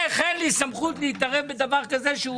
איך אין לך סמכות להתערב בדבר כזה שהוא